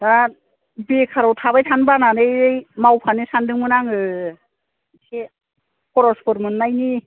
दा बेखाराव थाबाय थानो बानानै मावफानो सानदोंमोन आङो इसे खरसफोर मोन्नायनि